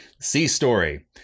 C-story